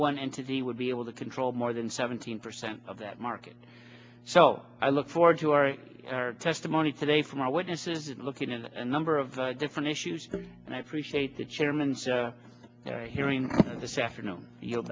one entity would be able to control more than seventeen percent of that market so i look forward to our testimony today from our witnesses and looking in a number of different issues and i appreciate the chairman's hearing this afternoon